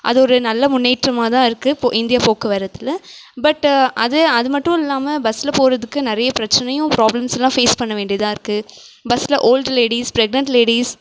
அது ஒரு நல்ல முன்னேற்றமாக தான் இருக்கு இந்திய போக்குவரத்தில் பட்டு அது அது மட்டும் இல்லாமல் பஸ்ஸில் போகிறதுக்கு நிறைய பிரச்சினையும் ப்ராப்ளம்ஸ்லாம் ஃபேஸ் பண்ண வேண்டியதாக இருக்கு பஸ்ஸில் ஓல்டு லேடிஸ் ப்ரெக்னென்ட் லேடிஸ்